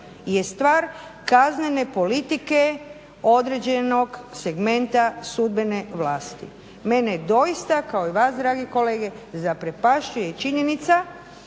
je stvar kaznene politike određenog segmenta sudbene vlasti. Mene doista kao i vas dragi kolege zaprepašćuje činjenica